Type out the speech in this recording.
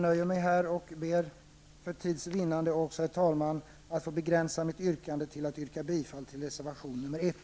För tids vinnande begränsar jag mig till att yrka bifall till reservation nr 1.